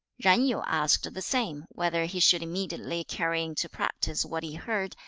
zan yu asked the same, whether he should immediately carry into practice what he heard,